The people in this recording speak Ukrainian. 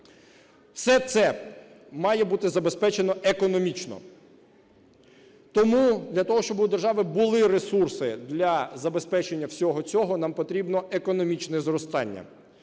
Все це має бути забезпечено економічно. Тому для того, щоби у державі були ресурси для забезпечення всього цього, нам потрібно економічне зростання.